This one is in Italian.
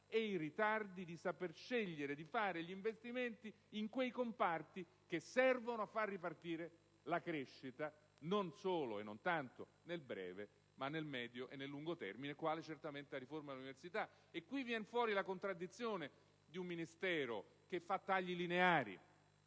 incapacità di saper scegliere, di fare gli investimenti in quei comparti che servono a far ripartire la crescita, non solo e non tanto nel breve ma nel medio e lungo termine, quale certamente la riforma dell'università. Qui vien fuori la contraddizione di un Ministero che fa tagli lineari,